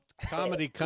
comedy